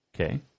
Okay